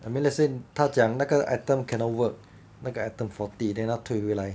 I mean let's say 他讲那个 item cannot work 那个 item faulty then 他退回来